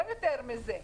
לא יותר מזה?